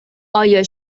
آیا